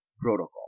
protocol